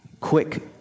quick